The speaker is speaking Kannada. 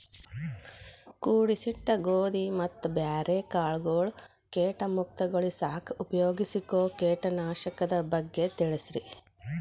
ಕೂಡಿಸಿಟ್ಟ ಗೋಧಿ ಮತ್ತ ಬ್ಯಾರೆ ಕಾಳಗೊಳ್ ಕೇಟ ಮುಕ್ತಗೋಳಿಸಾಕ್ ಉಪಯೋಗಿಸೋ ಕೇಟನಾಶಕದ ಬಗ್ಗೆ ತಿಳಸ್ರಿ